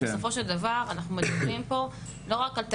כי בסופו של דבר אנחנו מדברים פה לא רק על תקציבים,